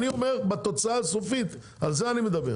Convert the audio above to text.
בתוצאה הסופית על זה אני מדבר.